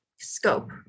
scope